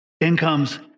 incomes